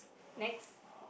next